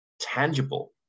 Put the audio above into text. tangible